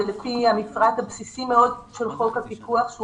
לפי המפרט הבסיסי מאוד של חוק הפיקוח שהוא